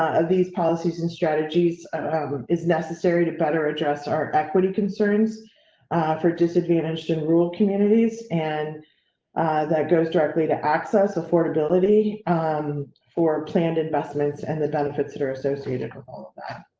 ah these policies and strategies is necessary to better address our equity concerns for disadvantaged in rural communities. and that goes directly to access affordability um for planned investments. and the benefits that are associated. all